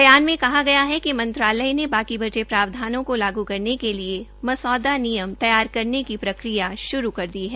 बयान में कहा गया है कि मंत्रालय ने बाकी बचे प्रावधानों को लागू करने के लिए मसौदा नियम तैयार करने की प्रक्रिया श्रू कर दी है